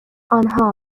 آنها